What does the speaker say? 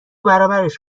برابرش